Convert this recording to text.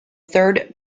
third